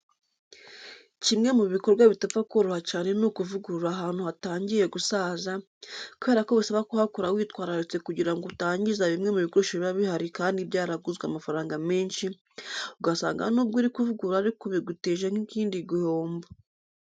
Kimwe mu bikowa bidapfa koroha cyane ni ukuvugurura ahantu hatangiye gusaza, kubera ko bisaba kuhakora witwararitse kugira ngo utangiza bimwe mu bikoresho biba bihari kandi byaraguzwe amafaranga menshi, ugasanga nubwo uri kuvugurura ariko biguteje n'ikindi gihombo.